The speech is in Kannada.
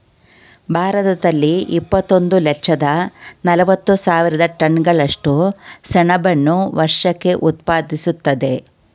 ಭಾರತದಲ್ಲಿ ಇಪ್ಪತ್ತೊಂದು ಲಕ್ಷದ ನಲವತ್ತು ಸಾವಿರ ಟನ್ಗಳಷ್ಟು ಸೆಣಬನ್ನು ವರ್ಷಕ್ಕೆ ಉತ್ಪಾದಿಸ್ತದೆ